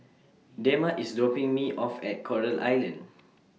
Dema IS dropping Me off At Coral Island